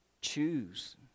choose